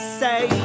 say